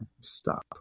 Stop